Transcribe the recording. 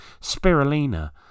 spirulina